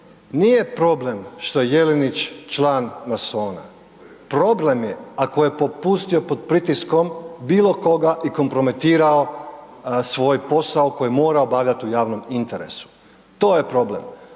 Nije problem što je Jelenić član masona, problem je ako je popustio pod pritiskom bilokoga i kompromitirao svoj posao koji mora obavljati u javnom interesu, to je problem.